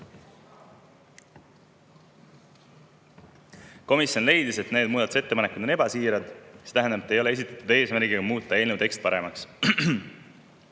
Komisjon leidis, et need muudatusettepanekud on ebasiirad, mis tähendab, et need ei ole esitatud eesmärgiga muuta eelnõu teksti paremaks.